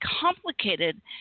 complicated